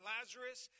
Lazarus